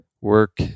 work